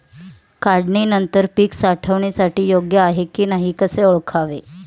काढणी नंतर पीक साठवणीसाठी योग्य आहे की नाही कसे ओळखावे?